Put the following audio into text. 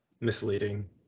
Misleading